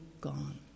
gone